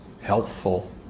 helpful